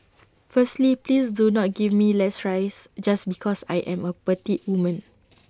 firstly please do not give me less rice just because I am A petite woman